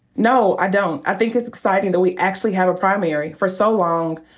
no, i don't. i think it's exciting that we actually have a primary. for so long,